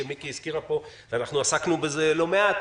שמיקי הזכירה פה ואנחנו עסקנו בזה לא מעט,